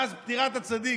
מאז פטירת הצדיק,